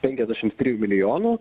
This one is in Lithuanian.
penkiasdešim trijų milijonų